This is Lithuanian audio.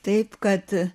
taip kad